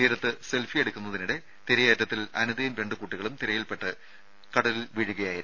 തീരത്ത് സെൽഫിയെടുക്കുന്നതിനിടെ തിരയേറ്റത്തിൽ അനിതയും രണ്ട് കുട്ടികളും തിരയിൽപെട്ട് കടലിൽ വീഴുകയായിരുന്നു